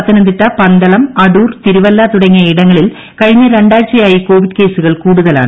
പത്തനംതിട്ടു പ്ന്തളം അടൂർ തിരുവല്ല തുടങ്ങിയ ഇടങ്ങളിൽ കഴിഞ്ഞ രണ്ടാഴ്ചയായി കോവിഡ് കേസുകൾ കൂടുതലാണ്